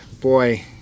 boy